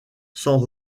sans